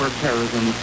terrorism